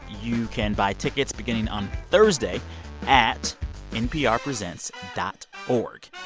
you can buy tickets beginning on thursday at nprpresents dot org.